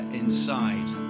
inside